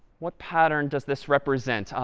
what pattern does this represent?